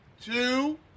Two